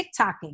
TikToking